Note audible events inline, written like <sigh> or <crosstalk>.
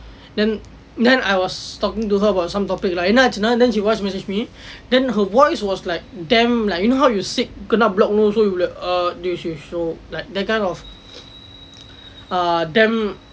then then I was talking to her about some topic lah என்ன ஆச்சு:enna aachsu then she voice message me then her voice was like damn like you know how you sick kena block nose so you <noise> like that kind of err damn